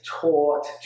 taught